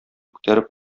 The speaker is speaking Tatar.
күтәреп